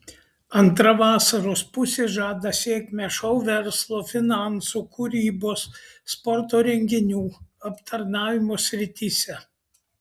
antra vasaros pusė žada sėkmę šou verslo finansų kūrybos sporto renginių aptarnavimo srityse